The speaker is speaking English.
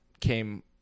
came